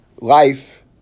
life